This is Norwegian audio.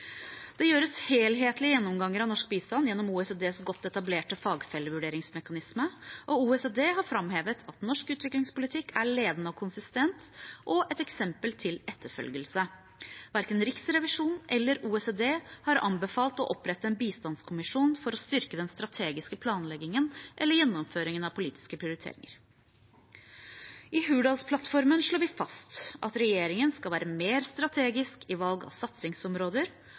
Det gjøres helhetlige gjennomganger av norsk bistand gjennom OECDs godt etablerte fagfellevurderingsmekanisme. OECD har framhevet at norsk utviklingspolitikk er «ledende og konsistent» og et eksempel til etterfølgelse. Verken Riksrevisjonen eller OECD har anbefalt å opprette en bistandskommisjon for å styrke den strategiske planleggingen eller gjennomføringen av politiske prioriteringer. I Hurdalsplattformen slår vi fast at regjeringen skal være mer strategisk i valg av satsingsområder